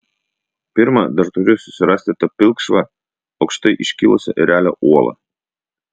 pirma dar turiu susirasti tą pilkšvą aukštai iškilusią erelio uolą